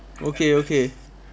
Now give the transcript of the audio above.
okay okay